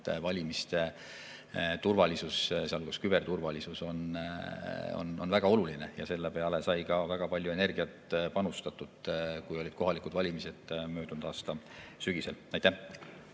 valimiste turvalisus, sealhulgas küberturvalisus, on väga oluline. Selle peale sai väga palju energiat panustatud, kui olid kohalikud valimised möödunud aasta sügisel. Aitäh!